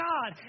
God